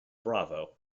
bravo